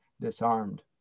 disarmed